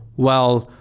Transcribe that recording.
well,